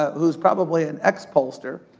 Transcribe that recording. who's probably an ex-pollster,